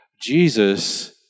Jesus